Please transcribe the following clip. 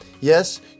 Yes